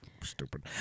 stupid